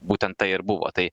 būtent tai ir buvo tai